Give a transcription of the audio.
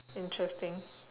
interesting